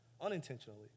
unintentionally